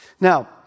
Now